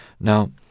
Now